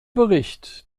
bericht